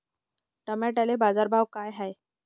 टमाट्याले बाजारभाव काय हाय?